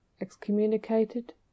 excommunicated